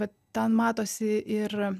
va ten matosi ir